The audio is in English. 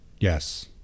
yes